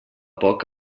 poc